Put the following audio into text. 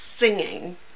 Singing